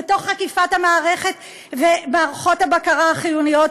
ותוך עקיפת המערכת ומערכות הבקרה החיוניות